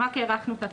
רק הארכנו את התקופה.